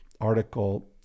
article